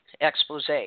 expose